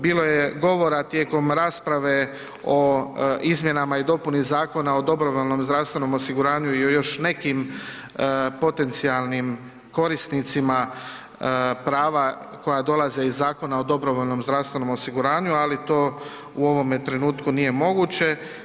Bilo je govora tijekom rasprave o izmjenama i dopuni Zakona o dobrovoljnom zdravstvenom osiguranju i o još nekim potencijalnim korisnicima prava koja dolaze iz Zakona o dobrovoljnom zdravstvenom osiguranju, ali to u ovome trenutku nije moguće.